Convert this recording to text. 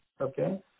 okay